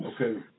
Okay